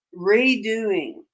redoing